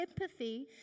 Empathy